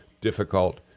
difficult